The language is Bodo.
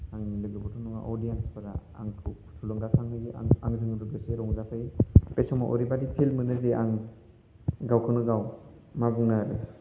आंनि लोगोफोरथ' नङा अडियेन्सफोरा आंखौ थुलुंगाखांहोयो आंजों लोगोसे रंजाफायो बे समाव ओरैबायदि फिल मोनो जे आं गावखौनो गाव मा बुंनो आरो